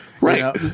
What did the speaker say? Right